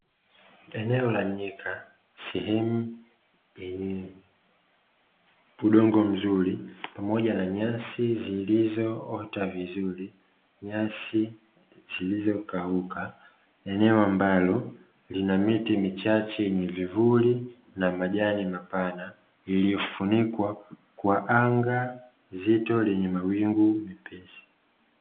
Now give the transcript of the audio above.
Eneo la nyika sehemu yenye udongo mzuri pamoja na nyasi zilizoota vizuri, nyasi zilizokauka. Eneo ambalo lina miti michache yenye vivuli na majani mapana, iliyofunikwa kwa anga zito lenye mawingu mepesi.